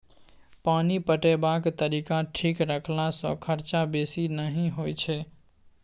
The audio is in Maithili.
पानि पटेबाक तरीका ठीक रखला सँ खरचा बेसी नहि होई छै